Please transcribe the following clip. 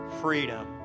Freedom